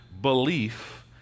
belief